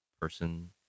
person